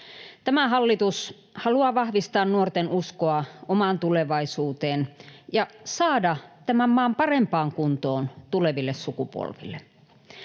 Tämä hallitus haluaa vahvistaa nuorten uskoa omaan tulevaisuuteen ja saada tämän maan parempaan kuntoon tuleville sukupolville.